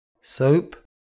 Soap